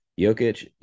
Jokic